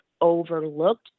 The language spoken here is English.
overlooked